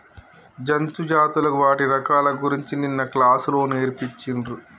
జంతు జాతులు వాటి రకాల గురించి నిన్న క్లాస్ లో నేర్పిచిన్రు